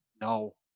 No